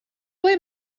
ble